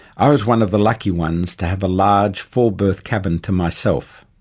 i was one of the lucky ones to have a large four berth cabin to myself.